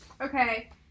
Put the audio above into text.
okay